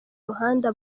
muhanda